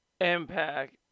impact